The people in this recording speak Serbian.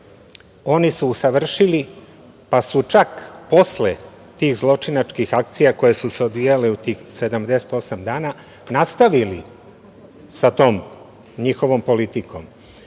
oni su usavršili, pa su čak posle tih zločinačkih akcija koje su se odvijale u tih 78 dana nastavili sa tom njihovom politikom.